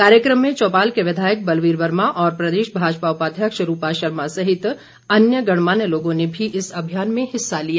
कार्यक्रम में चौपाल के विधायक बलवीर वर्मा और प्रदेश भाजपा उपध्यक्ष रूपा शर्मा सहित अन्य गणमान्य लोगों ने भी इस अभियान में हिस्सा लिया